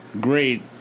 Great